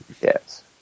Yes